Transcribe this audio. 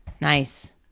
Nice